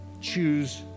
Choose